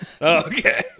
Okay